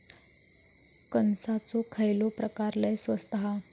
कणसाचो खयलो प्रकार लय स्वस्त हा?